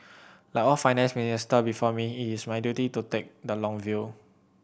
like all Finance Minister before me it is my duty to take the long view